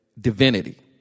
divinity